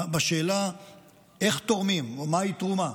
בשאלה איך תורמים או מהי תרומה,